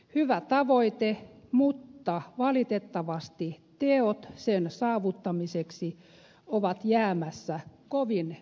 hyvä tavoite mutta valitettavasti teot sen saavuttamiseksi ovat jäämässä kovin pieniksi